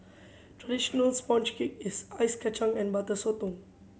traditional sponge cake is Ice Kachang and Butter Sotong